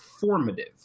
formative